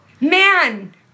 man